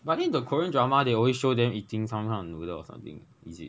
but I think the korean drama they always show them eating some kind of noodle or something is it